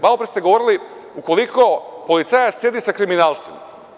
Malopre ste govorili, ukoliko policajac sedi sa kriminalcem.